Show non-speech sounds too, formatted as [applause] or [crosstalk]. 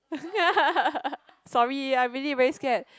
[laughs] sorry I really very scared